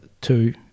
two